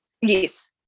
Yes